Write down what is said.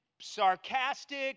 sarcastic